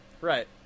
right